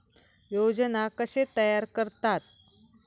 योजना कशे तयार करतात?